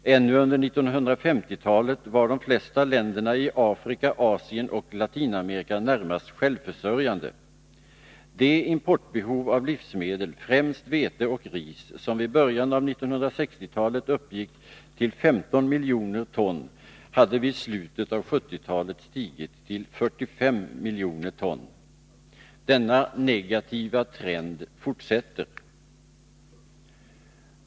Ännu under 1950-talet var de flesta länderna i Afrika, Asien och Latinamerika närmast självförsörjande. Det importbehov av livsmedel, främst vete och ris, som vid början av 1960-talet uppgick till 15 miljoner ton hade vid slutet av 1970-talet stigit till 45 miljoner ton. Denna negativa trend fortsätter.